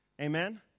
Amen